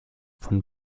von